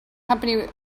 company